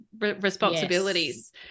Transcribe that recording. responsibilities